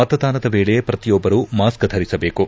ಮತದಾನದ ವೇಳೆ ಪ್ರತಿಯೊಬ್ಬರೂ ಮಾಸ್ಕ್ ಧರಿಸಬೇಕು